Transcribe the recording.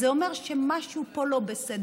אז זה אומר שמשהו פה לא בסדר.